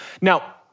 Now